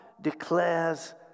declares